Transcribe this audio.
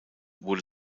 wurde